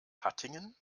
hattingen